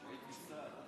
התחייבתם לפתור אותו, נכון?